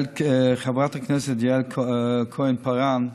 חברת הכנסת יעל כהן-פארן,